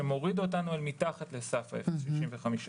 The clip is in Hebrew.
שמוריד אותנו אל מתחת לסף ה-0.65%.